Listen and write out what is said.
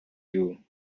you